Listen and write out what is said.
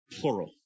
plural